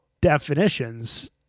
definitions